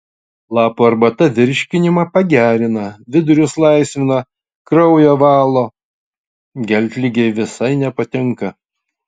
lapų arbata virškinimą pagerina vidurius laisvina kraują valo geltligei visai nepatinka